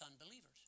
unbelievers